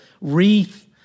wreath